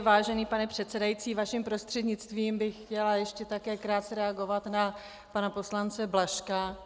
Vážený pane předsedající, vaším prostřednictvím bych chtěla ještě také krátce reagovat na pana poslance Blažka.